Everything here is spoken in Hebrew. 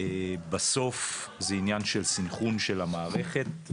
בסוף זה עניין של סנכרון של המערכת.